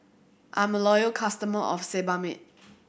I'm a loyal customer of Sebamed